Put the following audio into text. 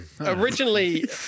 originally